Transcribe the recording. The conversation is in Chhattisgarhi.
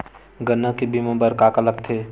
गन्ना के बीमा बर का का लगथे?